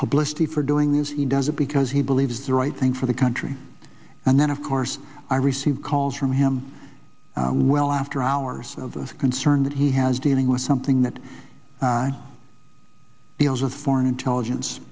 publicity for doing this he does it because he believes the right thing for the country and then of course i receive calls from him and well after hours of concern that he has dealing with something that bills of foreign intelligence